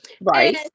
Right